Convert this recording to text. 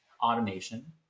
automation